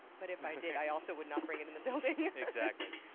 but if i did i also would not bring it in the building! exactly!